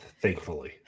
Thankfully